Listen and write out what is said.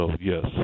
yes